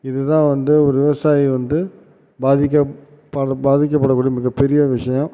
இது தான் வந்து ஒரு விவசாயி வந்து பாதிக்கப்படுகிற பாதிக்கப்படக்கூடிய மிகப்பெரிய விஷயம்